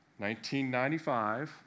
1995